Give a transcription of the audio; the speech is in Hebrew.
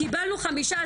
קיבלנו 15%,